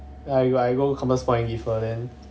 then I I go compass point give her then